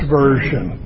version